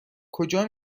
کجا